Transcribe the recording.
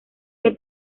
que